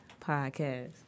podcast